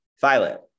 Violet